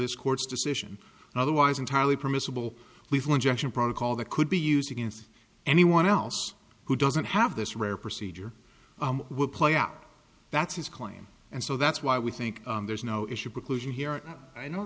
this court's decision otherwise entirely permissible lethal injection protocol that could be used against anyone else who doesn't have this rare procedure will play out that's his claim and so that's why we think there's no issue preclusion here i know